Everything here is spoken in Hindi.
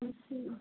अच्छा